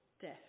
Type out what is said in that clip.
death